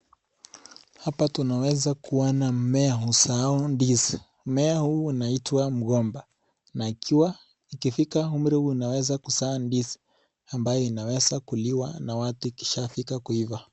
Hapa tunaweza kuwa na mimea huzao ndizi, mimea huu unaitwa mgomba, na ikiwa ikifika umri unaweza kuzaa ndizi, ambayo inaweza kuliwa na watu ikishaa fika kuiva.